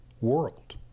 world